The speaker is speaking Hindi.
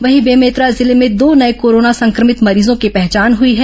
वहीं बेमेतरा जिले में दो नये कोरोना संक्रमित मरीजों की पहचान हुई है